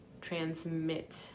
transmit